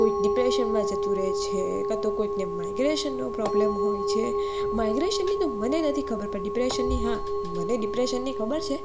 કોઈ ડિપ્રેશનમાં જતું રહે છે કાં તો કોઈકને માઈગ્રેશનનો પ્રોબ્લેમ હોય છે માઈગ્રેશનની તો મને નથી ખબર પણ ડિપ્રેશનની હા મને ડિપ્રેશનની ખબર છે